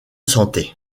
santé